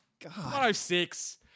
106